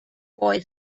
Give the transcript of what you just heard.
boy